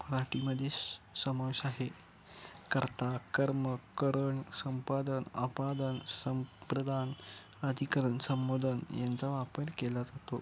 मराठीमध्ये समावेश आहे कर्ता कर्म करण संप्रदान अपादान संप्रदान अधिकरण संबोधन यांचा वापर केला जातो